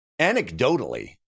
Anecdotally